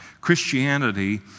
Christianity